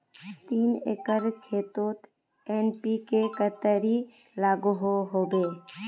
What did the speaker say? तीन एकर खेतोत एन.पी.के कतेरी लागोहो होबे?